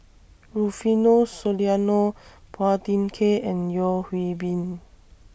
Rufino Soliano Phua Thin Kiay and Yeo Hwee Bin